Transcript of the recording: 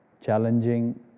challenging